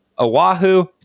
Oahu